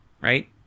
right